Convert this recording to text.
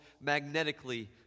magnetically